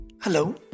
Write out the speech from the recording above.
Hello